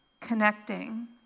connecting